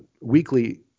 weekly